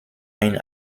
ein